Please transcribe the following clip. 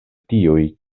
tiuj